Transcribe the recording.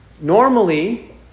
Normally